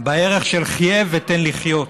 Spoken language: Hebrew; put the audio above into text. בערך של חֲיֵה ותן לחיות,